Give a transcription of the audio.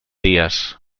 dies